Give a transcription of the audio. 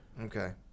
Okay